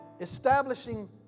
establishing